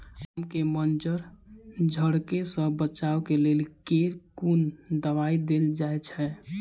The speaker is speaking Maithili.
आम केँ मंजर झरके सऽ बचाब केँ लेल केँ कुन दवाई देल जाएँ छैय?